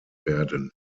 werden